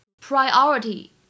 priority